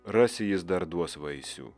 rasi jis dar duos vaisių